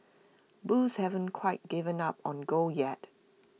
bulls haven't quite given up on gold yet